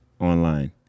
online